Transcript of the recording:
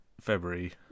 February